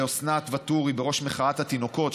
לאסנת וטורי בראש מחאת התינוקות,